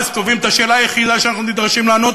אז קובעים את השאלה היחידה שאנחנו נדרשים לענות